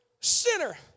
sinner